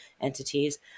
entities